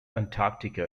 antarctica